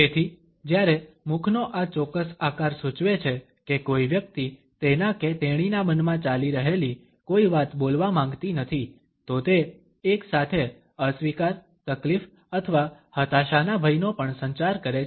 તેથી જ્યારે મુખનો આ ચોક્કસ આકાર સૂચવે છે કે કોઈ વ્યક્તિ તેના કે તેણીના મનમાં ચાલી રહેલી કોઈ વાત બોલવા માંગતી નથી તો તે એક સાથે અસ્વીકાર તકલીફ અથવા હતાશાના ભયનો પણ સંચાર કરે છે